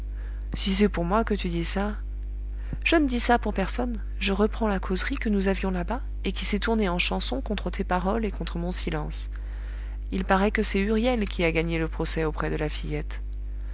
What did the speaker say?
si c'est pour moi que tu dis ça je ne dis ça pour personne je reprends la causerie que nous avions là-bas et qui s'est tournée en chanson contre tes paroles et contre mon silence il paraît que c'est huriel qui a gagné le procès auprès de la fillette